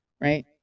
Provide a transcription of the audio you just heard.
right